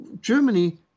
Germany